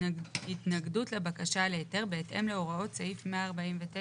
התנגדות לבקשה להיתר בהתאם להוראות סעיף 149,